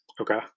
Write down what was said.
okay